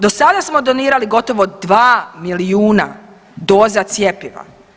Do sada smo donirali gotovo 2 milijuna doza cjepiva.